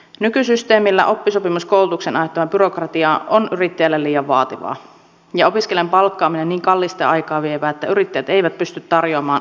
nykysysteemillä oppisopimuskoulutuksen aiheuttama byrokratia on yrittäjälle liian vaativaa ja opiskelijan palkkaaminen niin kallista ja aikaa vievää että yrittäjät eivät pysty tarjoamaan oppisopimuspaikkoja